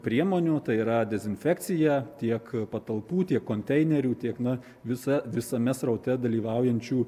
priemonių tai yra dezinfekcija tiek patalpų tiek konteinerių tiek na visa visame sraute dalyvaujančių